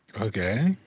Okay